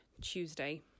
Tuesday